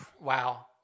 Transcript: Wow